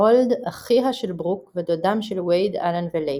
הרולד – אחיה של ברוק ודודם של וייד, אלן ולייק.